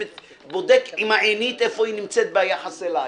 ובודק עם העינית איפה היא נמצאת ביחס אליי.